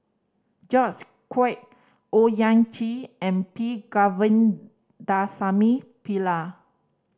George Quek Owyang Chi and P Govindasamy Pillai